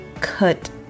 cut